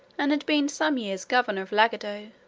and had been some years governor of lagado